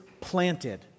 planted